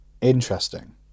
Interesting